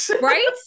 Right